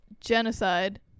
genocide